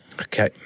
Okay